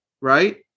right